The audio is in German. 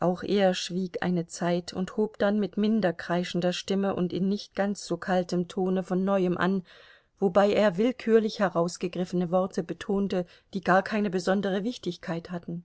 auch er schwieg einige zeit und hob dann mit minder kreischender stimme und in nicht ganz so kaltem tone von neuem an wobei er willkürlich herausgegriffene worte betonte die gar keine besondere wichtigkeit hatten